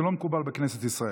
זה לא מקובל בכנסת ישראל.